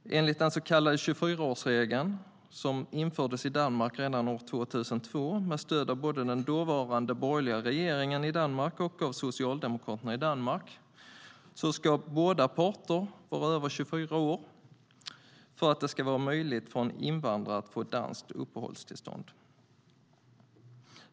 Enligt den så kallade 24-årsregeln som infördes i Danmark redan 2002 med stöd både av den dåvarande borgerliga regeringen i Danmark och av Socialdemokraterna i Danmark ska båda parter vara över 24 år för att det ska vara möjligt för en invandrare att få danskt uppehållstillstånd.